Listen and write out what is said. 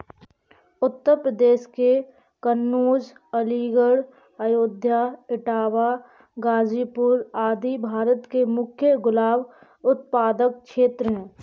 उत्तर प्रदेश के कन्नोज, अलीगढ़, अयोध्या, इटावा, गाजीपुर आदि भारत के मुख्य गुलाब उत्पादक क्षेत्र हैं